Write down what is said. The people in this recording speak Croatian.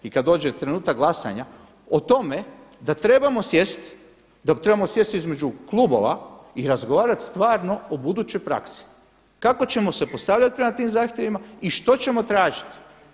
I kada dođe trenutak glasanja o tome da trebamo sjesti, da trebamo sjesti između klubova i razgovarati stvarno o budućnoj praksi kako ćemo se postavljati prema tim zahtjevima i što ćemo tražiti.